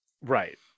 right